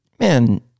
man